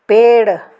पेड़